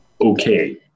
okay